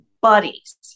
buddies